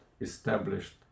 established